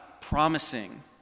promising